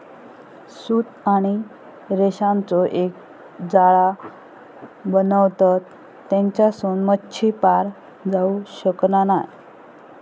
सूत आणि रेशांचो एक जाळा बनवतत तेच्यासून मच्छी पार जाऊ शकना नाय